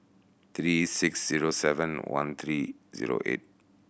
three six zero seven one three zero eight